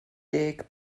deg